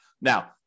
Now